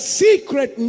secret